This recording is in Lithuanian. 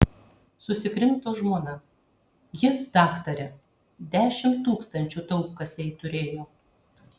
susikrimto žmona jis daktare dešimt tūkstančių taupkasėj turėjo